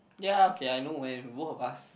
ya okay I know when both of us